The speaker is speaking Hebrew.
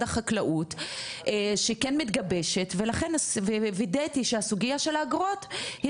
החקלאות שכן מתגבשת ולכן וידאתי שהסוגייה של האגרות היא